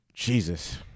Jesus